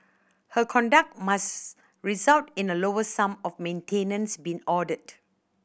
her conduct must result in a lower sum of maintenance being ordered